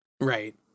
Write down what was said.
Right